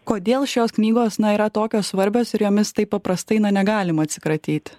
kodėl šios knygos na yra tokios svarbios ir jomis taip paprastai na negalima atsikratyti